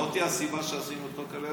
זאת היא הסיבה שחוקקנו את חוק הלאום.